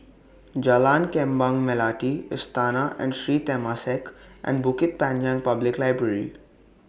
Jalan Kembang Melati Istana and Sri Temasek and Bukit Panjang Public Library